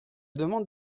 demande